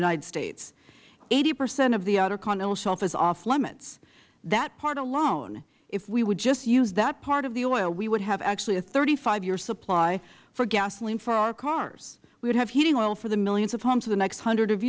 united states eighty percent of the outer continental shelf is off limits that part alone if we would just use that part of the oil we would have actually a thirty five year supply of gasoline for our cars we would have heating oil for the millions of homes in the next hundred of